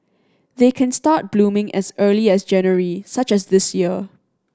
they can start blooming as early as January such as this year